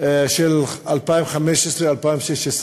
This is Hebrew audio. של 2015 2016,